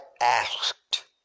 asked